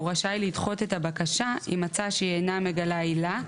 רשאי לדחות את הבקשה אם מצא שהיא אינה מגלה עילה,